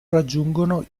raggiungono